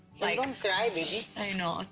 like um cry, baby! i know,